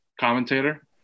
commentator